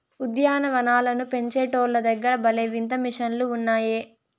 ఉద్యాన వనాలను పెంచేటోల్ల దగ్గర భలే వింత మిషన్లు ఉన్నాయే